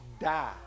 die